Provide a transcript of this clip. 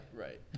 right